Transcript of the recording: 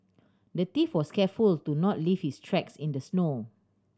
the thief was careful to not leave his tracks in the snow